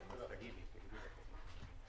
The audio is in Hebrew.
לאורך הדרך, עם הסדרנים של החברות של המפעילים.